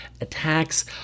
attacks